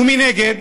מנגד,